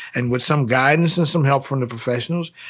and with some guidance and some help from the professionals,